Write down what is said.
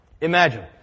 Imagine